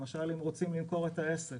למשל אם רוצים למכור את העסק,